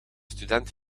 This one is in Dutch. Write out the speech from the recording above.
student